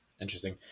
Interesting